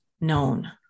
known